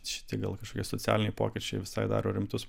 šitie gal kažkokie socialiniai pokyčiai visai daro rimtus